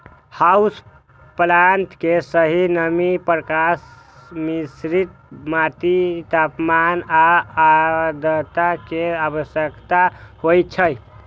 house plant कें सही नमी, प्रकाश, मिश्रित माटि, तापमान आ आद्रता के आवश्यकता होइ छै